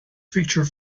feature